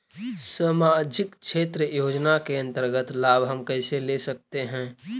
समाजिक क्षेत्र योजना के अंतर्गत लाभ हम कैसे ले सकतें हैं?